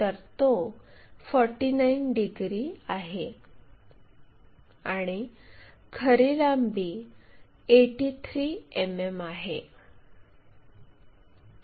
तर तो 49 डिग्री आहे आणि खरी लांबी 83 मिमी आहे